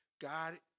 God